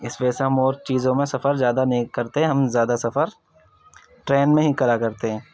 اس وجہ سے ہم اور چیزوں میں سفر زیادہ نہیں کرتے ہیں ہم زیادہ سفر ٹرین میں ہی کرا کرتے ہیں